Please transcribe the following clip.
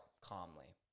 calmly